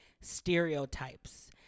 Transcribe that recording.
stereotypes